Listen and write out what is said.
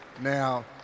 Now